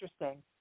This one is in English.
interesting